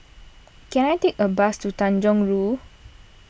can I take a bus to Tanjong Rhu